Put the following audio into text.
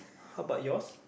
how about yours